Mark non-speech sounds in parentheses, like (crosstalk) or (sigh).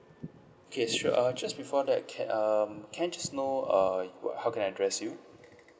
K sure uh just before that ca~ um can I just know uh (noise) how can I address you